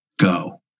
go